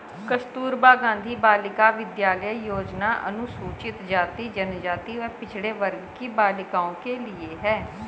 कस्तूरबा गांधी बालिका विद्यालय योजना अनुसूचित जाति, जनजाति व पिछड़े वर्ग की बालिकाओं के लिए है